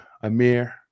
amir